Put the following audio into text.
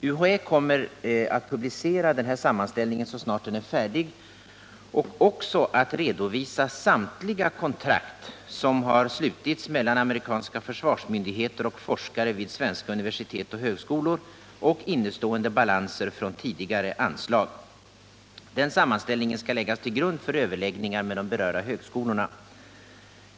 UHÄ kommer att publicera den här sammanställningen så snart den är färdig och även att redovisa samtliga kontrakt som har slutits mellan amerikanska försvarsmyndigheter och forskare vid svenska universitet och högskolor samt innestående balanser från tidigare anslag. Den sammanställningen skall läggas till grund för överläggningar med de berörda högskolorna.